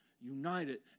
United